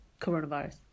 coronavirus